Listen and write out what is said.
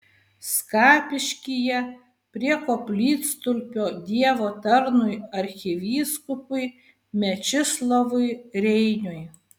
skapiškyje prie koplytstulpio dievo tarnui arkivyskupui mečislovui reiniui